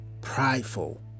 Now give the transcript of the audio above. prideful